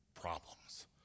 problems